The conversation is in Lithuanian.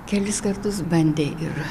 kelis kartus bandė ir